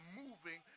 moving